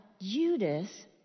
Judas